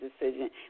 Decision